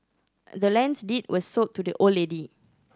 the land's deed was sold to the old lady